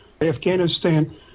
Afghanistan